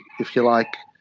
if you like,